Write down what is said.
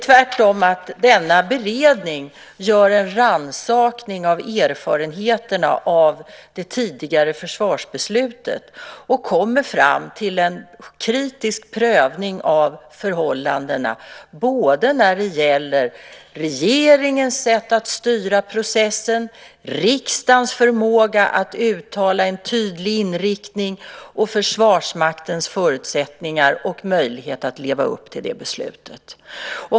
Tvärtom gör denna beredning en rannsakning av erfarenheterna av det tidigare försvarsbeslutet och kommer fram till en kritisk prövning av förhållandena både när det gäller regeringens sätt att styra processen, riksdagens förmåga att uttala en tydlig inriktning och Försvarsmaktens förutsättningar och möjligheter att leva upp till det beslutet.